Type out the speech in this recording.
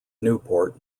newport